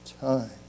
time